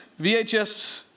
VHS